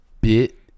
Bit